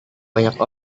banyak